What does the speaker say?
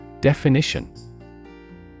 Definition